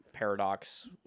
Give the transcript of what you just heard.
paradox